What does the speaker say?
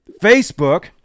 Facebook